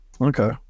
okay